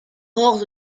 ordre